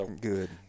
Good